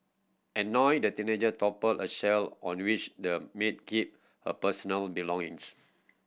annoyed the teenager toppled a shelf on which the maid kept her personal belongings